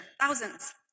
thousands